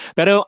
Pero